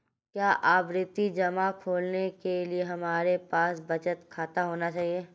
क्या आवर्ती जमा खोलने के लिए हमारे पास बचत खाता होना चाहिए?